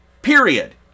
Period